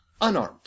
unarmed